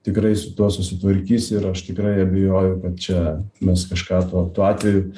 tikrai su tuo susitvarkys ir aš tikrai abejoju kad čia mes kažką tuo tuo atveju